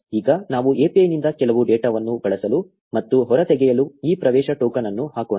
ಈಗ ನಾವು API ನಿಂದ ಕೆಲವು ಡೇಟಾವನ್ನು ಬಳಸಲು ಮತ್ತು ಹೊರತೆಗೆಯಲು ಈ ಪ್ರವೇಶ ಟೋಕನ್ ಅನ್ನು ಹಾಕೋಣ